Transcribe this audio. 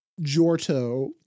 Jorto